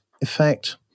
effect